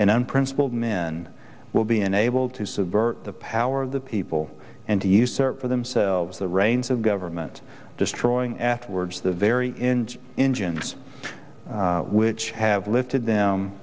and unprincipled men will be enabled to subvert the power of the people and to usurp for themselves the reins of government destroying afterwards the very in engines which have lifted them